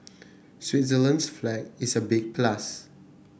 Switzerland's flag is a big plus